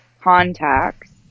contacts